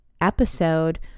episode